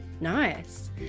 Nice